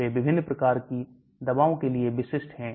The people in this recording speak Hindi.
वे विभिन्न प्रकार की दवाओं के लिए विशिष्ट हैं